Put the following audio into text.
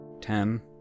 Ten